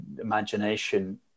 imagination